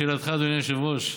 לשאלתך, אדוני היושב-ראש,